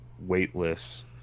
weightless